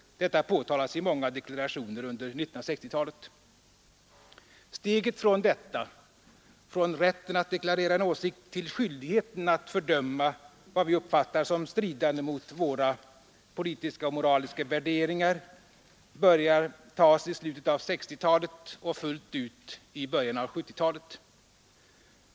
Detta påtalas i många deklarationer under 1960-talet. Steget från detta — från rätten att deklarera en åsikt — till skyldigheten att fördöma vad vi uppfattar som stridande mot våra politiska och moraliska värderingar började tas i slutet av 1960-talet och togs fullt ut i början av 1970-talet.